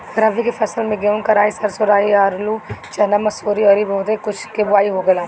रबी के फसल में गेंहू, कराई, सरसों, राई, आलू, चना, मसूरी अउरी बहुत कुछ के बोआई होखेला